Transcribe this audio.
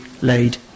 laid